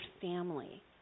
family